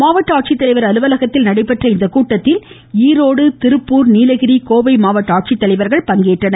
மாவட்ட ஆட்சித்தலைவர் அலுவலகத்தில் நடைபெற்ற இக்கூட்டத்தில் ஈரோடு திருப்பூர் நீலகிரி கோவை மாவட்ட ஆட்சித்தலைவர்கள் பங்கேற்றனர்